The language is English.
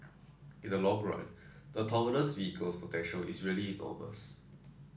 in the long run the autonomous vehicles potential is really enormous